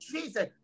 Jesus